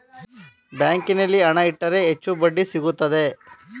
ಬ್ಯಾಂಕಿನಲ್ಲಿ ಹಣ ಇಟ್ಟರೆ ಹೆಚ್ಚು ಬಡ್ಡಿ ಸಿಗುತ್ತದೆ